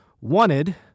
Wanted